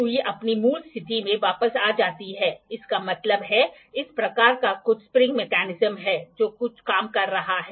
सुई अपनी मूल स्थिति में वापस आ जाती है इसका मतलब है इस प्रकार यह कुछ स्प्रिंग मेकैनिज्म है जो काम कर रहा है